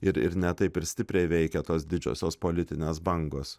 ir ir ne taip ir stipriai veikia tos didžiosios politinės bangos